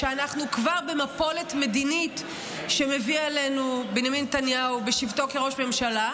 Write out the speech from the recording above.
אנחנו כבר במפולת מדינית שמביא עלינו בנימין נתניהו בשבתו כראש ממשלה,